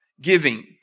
giving